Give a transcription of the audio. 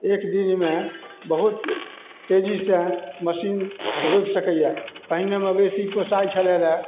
एक दिनमे बहुत तेजीसे मशीन रोपि सकैए पहिने मवेशी पोसाइ छलै रहै